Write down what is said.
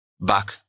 back